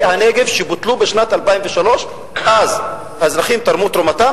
הנגב שבוטלו בשנת 2003. אז האזרחים תרמו את תרומתם.